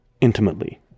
intimately